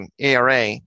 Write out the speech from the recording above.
ARA